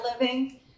living